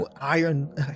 iron